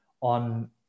on